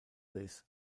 this